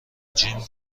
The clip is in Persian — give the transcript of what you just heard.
جیم